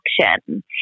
action